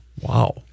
Wow